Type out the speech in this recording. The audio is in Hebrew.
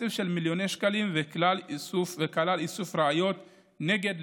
ואיסוף ראיות נגד